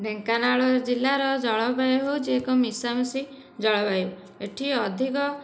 ଢେଙ୍କାନାଳ ଜିଲ୍ଲାର ଜଳବାୟୁ ହେଉଛି ଏକ ମିଶାମିଶି ଜଳବାୟୁ ଏଠି ଅଧିକ